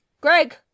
Greg